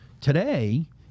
Today